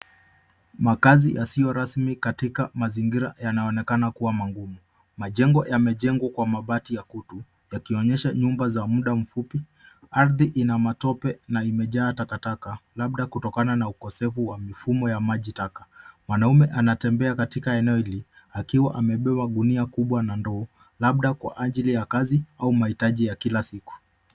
Makazi yasiyo rasmi katika mazingira yanaonekana kuwa magumu. Majengo yamejengwa kwa mabati ya kutu yakionyesha nyumba ya muda mfupi. Ardhi ina matope na imejaa takataka labda kutokana na ukosefu ya mfumo wa maji taka. Mwanaume anatembea katika eneo hili akiwa amebeba gunia kubwa na ndoo, labda kwa ajili ya kazi au mahitaji ya kila siku.